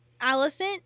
Allison